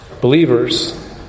Believers